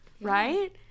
right